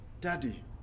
Daddy